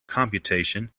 computation